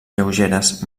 lleugeres